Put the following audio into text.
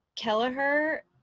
Kelleher